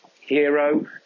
hero